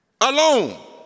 alone